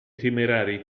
temerari